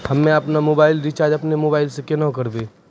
हम्मे आपनौ mobile recharge आपनौ मोबाइल से केना करवै?